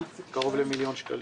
זה קרוב למיליון שקלים.